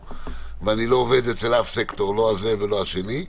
זו ההנחה.